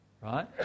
Right